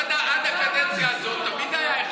עד הקדנציה הזאת תמיד היה אחד לפחות.